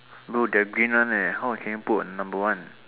no the green one leh how can you put a number one